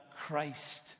Christ